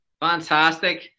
Fantastic